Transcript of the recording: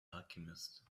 alchemist